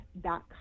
dot